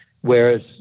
whereas